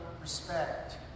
respect